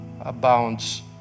abounds